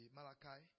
Malachi